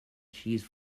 cheese